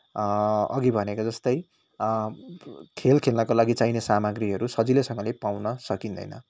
अघि भनेको जस्तै खेल खेल्नको लागि चाहिने सामग्रीहरू सजिलैसँगले पाउन सकिँदैन